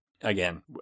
again